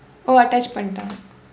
oh attach பண்ணிட்டாங்க:pannitdaangka